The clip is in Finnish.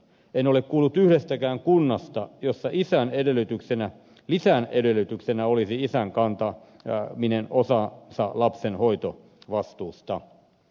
en ole kuullut yhdestäkään kunnasta jossa lisän edellytyksenä olisi isän kantaminen osansa lapsen hoitovastuusta